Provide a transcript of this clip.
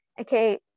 okay